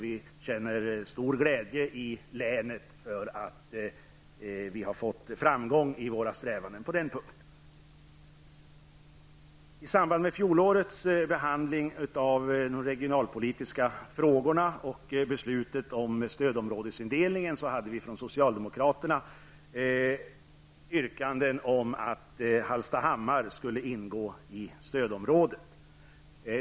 Vi känner stor glädje i länet med anledning av att vi har haft framgång i våra strävanden på den punkten. I samband med fjolårets behandling av de regionalpolitiska frågorna och beslutet om stödområdesindelningen förelåg från socialdemokraterna yrkanden om att Hallstahammar skulle ingå i stödområdet.